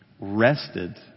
rested